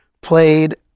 played